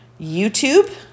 YouTube